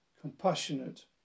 compassionate